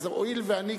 הואיל ואני,